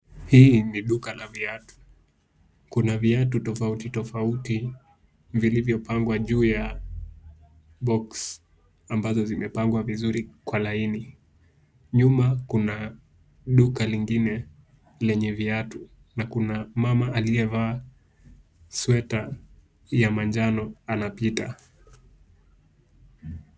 Hii ni duka la viatu, kuna viatu tofauti tofauti vilivyopangwa juu ya boksi ambazo zimepangwa vizuri kwa laini. Nyuma kuna duka lingine lenye viatu na kuna mama aliyevaa sweta ya manjano anapita.